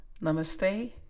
namaste